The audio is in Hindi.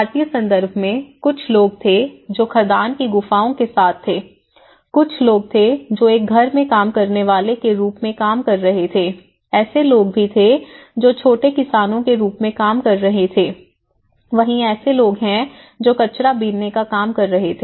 भारतीय संदर्भ में कुछ लोग थे जो खदान की गुफाओं के साथ थे कुछ लोग थे जो एक घर में काम करने वाले के रूप में काम कर रहे थे ऐसे लोग भी थे जो छोटे किसानों के रूप में काम कर रहे हैं थे वहीं ऐसे लोग हैं जो कचरा बीनने का काम कर रहे थे